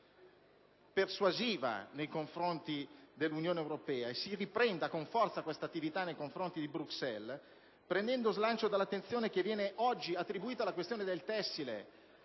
persuasiva nei confronti dell'Unione europea e che si riprenda con forza questa politica nei confronti di Bruxelles, prendendo slancio dall'attenzione oggi attribuita alla questione del tessile.